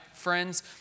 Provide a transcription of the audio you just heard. friends